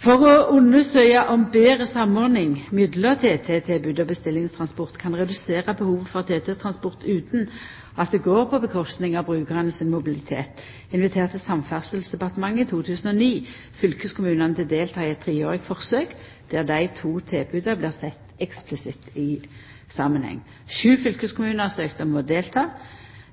For å undersøkja om betre samordning mellom TT-tilbodet og bestillingstransport kan redusera behovet for TT-transport utan at det går ut over brukarane sin mobilitet, inviterte Samferdselsdepartementet i 2009 fylkeskommunane til å delta i eit treårig forsøk der dei to tilboda blir sett eksplisitt i samanheng. Sju fylkeskommunar søkte om å delta,